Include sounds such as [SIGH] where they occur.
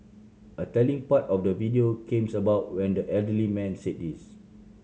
a telling part of the video came [UNINTELLIGIBLE] about when the elderly man said this